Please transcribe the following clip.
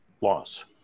Loss